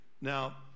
now